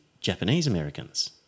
Japanese-Americans